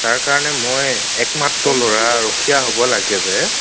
তাৰ কাৰণে মই একমাত্ৰ ল'ৰা ৰখীয়া হ'ব লাগে যে